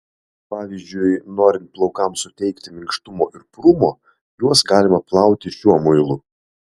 pavyzdžiui norint plaukams suteikti minkštumo ir purumo juos galima plauti šiuo muilu